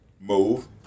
Move